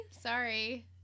Sorry